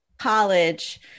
college